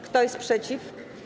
Kto jest przeciw?